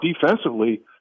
defensively